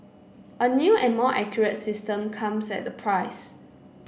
a new and more accurate system comes at a price